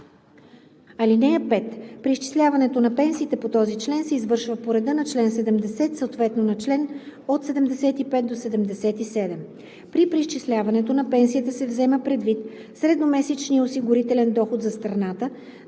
период. (5) Преизчисляването на пенсиите по този член се извършва по реда на чл. 70, съответно на чл. 75 – 77. При преизчисляването на пенсията се взема предвид средномесечният осигурителен доход за страната